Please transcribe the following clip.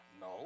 No